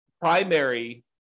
primary